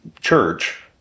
church